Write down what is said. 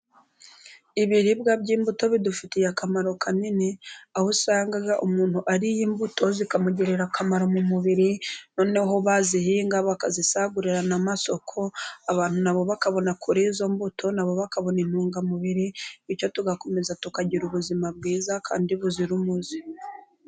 Ibiribwa by'imbuto bidufitiye akamaro kanini, aho usanga umuntu ariye imbuto zikamugirira akamaro mu mubiri ,noneho bazihinga bakazisagurira n'amasoko ,abantu na bo bakabona kuri y'izo mbuto, na bo bakabona intungamubiri, bityo tugakomeza tukagira ubuzima bwiza, kandi buzira umuze.